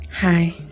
Hi